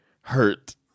hurt